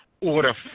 order